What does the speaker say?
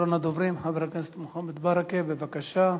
אחרון הדוברים, חבר הכנסת מוחמד ברכה, בבקשה.